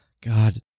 God